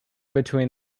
between